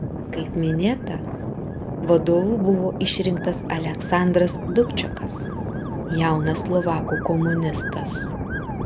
kaip minėta vadovu buvo išrinktas aleksandras dubčekas jaunas slovakų komunistas